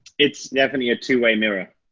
it's definitely a two-way mirror.